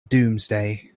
doomsday